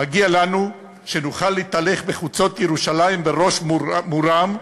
מגיע לנו שנוכל להתהלך בחוצות ירושלים בראש מורם,